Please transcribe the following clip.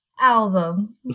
album